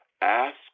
ask